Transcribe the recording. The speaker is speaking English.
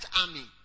army